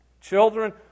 Children